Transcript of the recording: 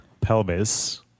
pelvis